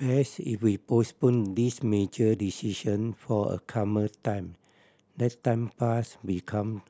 best if we postpone this major decision for a calmer time let time pass we come